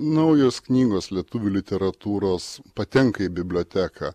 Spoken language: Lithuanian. naujos knygos lietuvių literatūros patenka į biblioteką